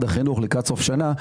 במשרד החינוך לקראת סוף שנה.